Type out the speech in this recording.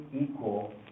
equal